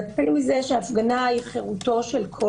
נתחיל בזה שהפגנה היא חירותו של כל